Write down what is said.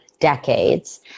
decades